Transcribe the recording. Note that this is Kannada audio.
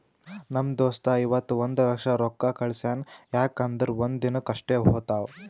ನಮ್ ದೋಸ್ತ ಇವತ್ ಒಂದ್ ಲಕ್ಷ ರೊಕ್ಕಾ ಕಳ್ಸ್ಯಾನ್ ಯಾಕ್ ಅಂದುರ್ ಒಂದ್ ದಿನಕ್ ಅಷ್ಟೇ ಹೋತಾವ್